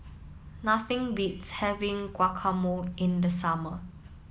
nothing beats having Guacamole in the summer